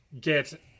get